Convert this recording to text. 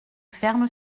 ferme